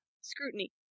scrutiny